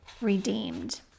redeemed